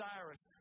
Cyrus